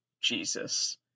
Jesus